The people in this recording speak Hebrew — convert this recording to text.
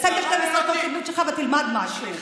תעשה את 12 שנות הלימוד שלך ותלמד משהו.